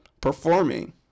performing